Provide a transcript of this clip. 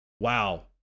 Wow